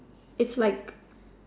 it's like